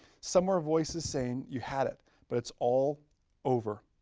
somewhere, voice is saying you had it but it's all over.